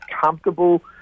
comfortable